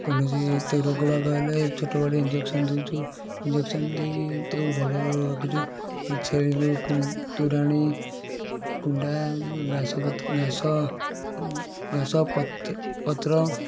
କୌଣସି ତ ରୋଗବାଗ ହେଲେ ଛୋଟବେଳେ ଇଞ୍ଜେକ୍ସନ୍ ଦେଉଛୁ ଇଞ୍ଜେକ୍ସନ୍ ଦେଇକି ତାକୁ ଭଲରେ ରଖିଛୁ ଛେଳିରୁ କୁ ତୋରାଣି କୁଣ୍ଡା ଘାସ ପତ୍ର ଘାସ ଘାସ ପତ୍ ପତ୍ର